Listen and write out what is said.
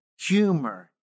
humor